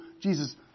Jesus